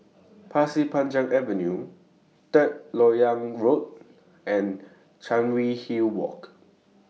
Pasir Panjang Avenue Third Lok Yang Road and Chancery Hill Walk